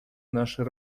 нашей